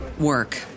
work